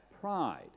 pride